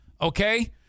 Okay